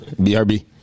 BRB